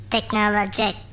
Technologic